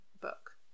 book